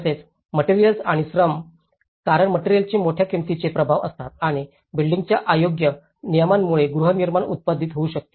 तसेच मटेरिअल्स आणि श्रम कारण मटेरिअल्सचे मोठ्या किंमतीचे प्रभाव असतात आणि बिल्डींग्सच्या अयोग्य नियमांमुळेही गृहनिर्माण उत्पादित होऊ शकते